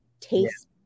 taste